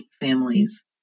families